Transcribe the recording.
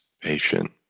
patient